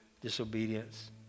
disobedience